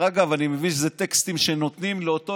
אני מבין שאלה טקסטים שנותנים לאותו